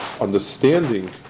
understanding